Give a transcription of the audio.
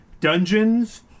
Dungeons